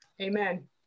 Amen